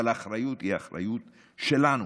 אבל האחריות היא האחריות שלנו.